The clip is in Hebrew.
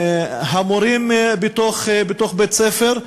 המורים בתוך בית-הספר,